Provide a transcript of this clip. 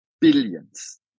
billions